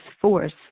force